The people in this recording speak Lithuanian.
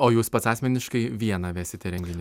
o jūs pats asmeniškai vieną vesite renginį